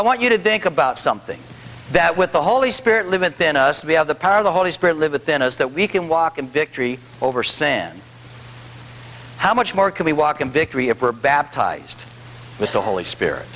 i want you to think about something that with the holy spirit live it then us we have the power of the holy spirit live within us that we can walk in victory over sand how much more can we walk in victory if we're baptized with the holy spirit